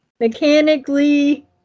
Mechanically